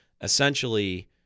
essentially